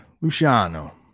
Luciano